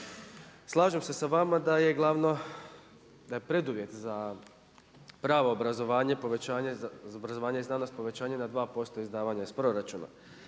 za pravo obrazovanje, povećanje za obrazovanje i znanost, povećanje na 2% izdavanja iz proračuna.